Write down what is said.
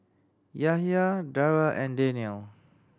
Yahya Dara and Daniel